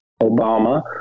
Obama